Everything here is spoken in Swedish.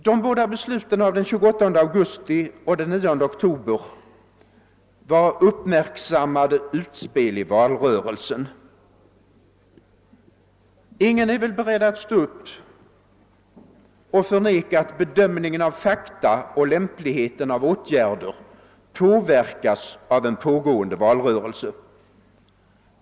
De båda besluten av den 28 augusti och den 9 oktober var uppmärksammade utspel i valrörelsen. Ingen är väl beredd att stå upp och förneka att bedömningen av fakta och lämpligheten av åtgärder påverkas av en pågående valrörelse.